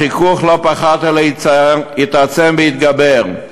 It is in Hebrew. החיכוך לא פחת אלא התעצם והתגבר,